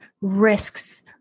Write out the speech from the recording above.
risks